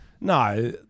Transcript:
No